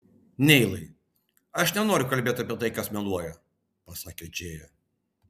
neilai aš nenoriu kalbėti apie tai kas meluoja pasakė džėja